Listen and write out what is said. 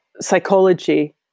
psychology